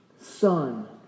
son